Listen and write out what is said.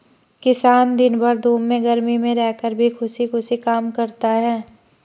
किसान दिन भर धूप में गर्मी में रहकर भी खुशी खुशी काम करता है